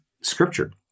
Scripture